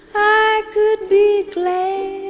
i could be glad